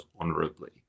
honorably